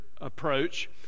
approach